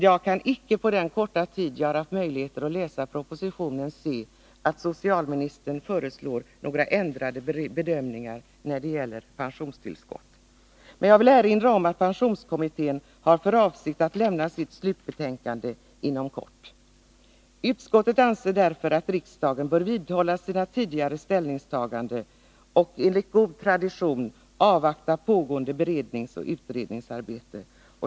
Jag har på den korta tid som jag har haft möjlighet att läsa propositionen inte kunnat upptäcka att socialministern föreslår några ändrade bedömningar när det gäller pensionstillskott. Jag vill även erinra om att pensionskommittén har för avsikt att inom kort lämna sitt slutbetänkande. Utskottet anser därför att riksdagen bör vidhålla sina tidigare ställningstaganden och enligt god tradition avvakta pågående beredningsoch utredningsarbete.